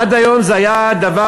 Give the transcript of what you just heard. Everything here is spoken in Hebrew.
עד היום זה היה דבר